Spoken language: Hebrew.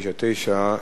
שאילתא מס' 1299,